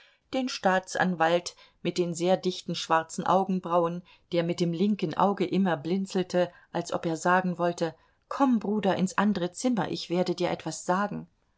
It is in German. den staatsanwalt mit den sehr dichten schwarzen augenbrauen der mit dem linken auge immer blinzelte als ob er sagen wollte komm bruder ins andere zimmer ich werde dir etwas sagen